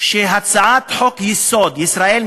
שהצעת חוק-יסוד: ישראל,